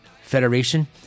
Federation